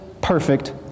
perfect